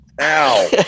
Ow